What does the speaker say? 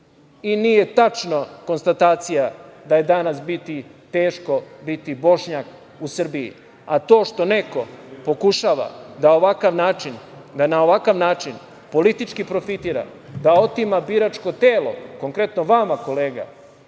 Nije tačna konstatacija da je danas teško biti Bošnjak u Srbiji, a to što neko pokušava da na ovakav način politički profitira, da otima biračko telo, konkretno vama, kolega,